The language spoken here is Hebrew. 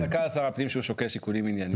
חזקה לשר הפנים שהוא שוקל שיקולים ענייניים.